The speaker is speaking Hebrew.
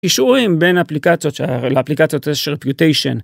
אישורים בין אפליקציות של האפליקציות של reputation.